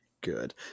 good